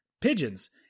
pigeons